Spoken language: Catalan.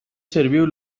serviu